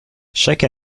chaque